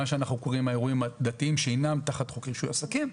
מה שאנחנו קוראים האירועים הדתיים שאינם תחת חוק רישוי עסקים,